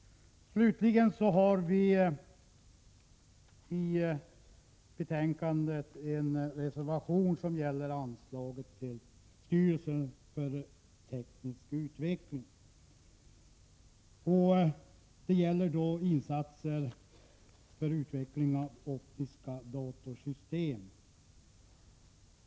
Slutligen har vi i betänkandet en reservation som gäller anslaget till styrelsen för teknisk utveckling. Där föreslås insatser för utveckling av optiska datorsystem.